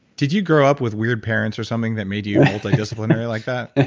did you grow up with weird parents or something that made you multidisciplinary like that?